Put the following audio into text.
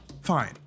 fine